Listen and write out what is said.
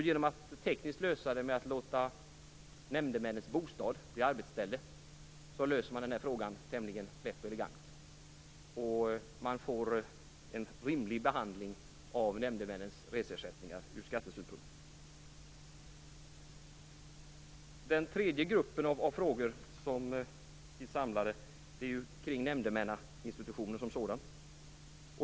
Genom att lösa frågan tekniskt, med att låta nämndemännens bostad bli arbetsställe, klarar man detta tämligen lätt och elegant. Det blir en rimlig behandling av nämndemännens reseersättningar ur skattesynpunkt. Den tredje gruppen av frågor är samlade kring nämndemannainstitutionen som sådan.